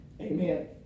Amen